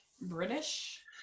British